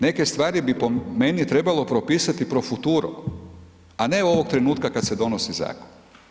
Neke stvari po meni trebalo propisati pro futuro a ne ovog trenutka kad se donosi zakon.